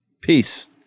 peace